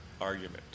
argument